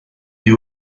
mais